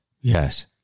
Yes